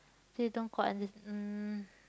they don't quite under~ mm